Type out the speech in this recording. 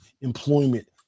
employment